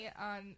on